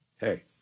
Hey